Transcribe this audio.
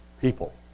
People